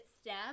step